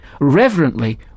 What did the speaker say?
reverently